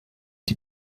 die